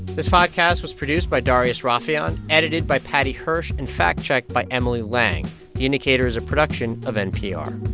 this podcast was produced by darius rafieyan, edited by paddy hirsch and fact-checked by emily lang. the indicator's a production of npr